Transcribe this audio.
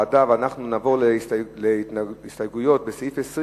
אנחנו נעבור להצבעה על סעיף 19 כנוסח הוועדה.